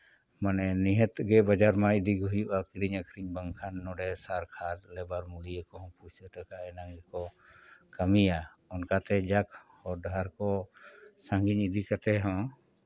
ᱢᱟᱱᱮ ᱱᱤᱦᱟᱹᱛ ᱜᱮ ᱵᱟᱡᱟᱨ ᱢᱟ ᱤᱫᱤᱜᱮ ᱦᱩᱭᱩᱜᱼᱟ ᱠᱤᱨᱤᱧ ᱟᱹᱠᱷᱨᱤᱧ ᱵᱟᱝᱠᱷᱟᱱ ᱱᱚᱰᱮ ᱥᱟᱨ ᱠᱷᱚᱛ ᱞᱮᱵᱟᱨ ᱢᱩᱞᱭᱟᱹ ᱠᱚᱦᱚᱸ ᱯᱩᱭᱥᱟᱹ ᱴᱟᱠᱟ ᱮᱢᱟᱱ ᱜᱮᱠᱚ ᱠᱟᱹᱢᱤᱭᱟ ᱚᱱᱠᱟᱛᱮ ᱡᱟᱠ ᱦᱚᱨ ᱰᱟᱦᱟᱨ ᱠᱚ ᱥᱟᱺᱜᱤᱫ ᱤᱫᱤ ᱠᱟᱛᱮᱫ ᱦᱚᱸ